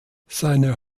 seine